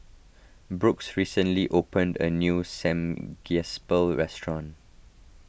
Brooks recently opened a new Samgyeopsal restaurant